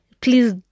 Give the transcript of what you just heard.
please